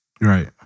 Right